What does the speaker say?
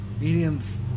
Mediums